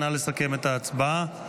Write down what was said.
נא לסכם את ההצבעה.